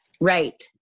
Right